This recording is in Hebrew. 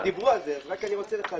הם דיברו על זה, אז אני רק רוצה לחדד.